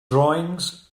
drawings